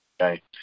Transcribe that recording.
okay